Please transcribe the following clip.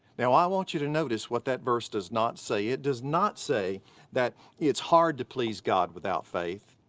now i want you to notice what that verse does not say, it does not say that it's hard to please god without faith.